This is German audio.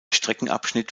streckenabschnitt